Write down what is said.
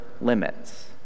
limits